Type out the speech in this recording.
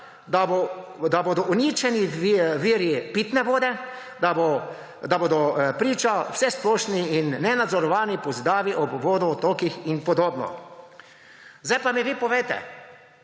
Da bodo uničeni viri pitne vode. Da bodo priča vsesplošni in nenadzorovani pozidavi ob vodotokih in podobno. Zdaj pa mi vi povejte.